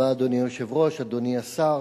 אדוני היושב-ראש, תודה רבה, אדוני השר,